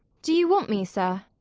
do you want me, sir?